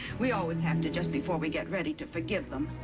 we always have to, just before we get ready to forgive them.